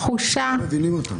לתפקיד שלי כחבר כנסת,